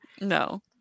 No